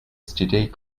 std